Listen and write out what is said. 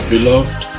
Beloved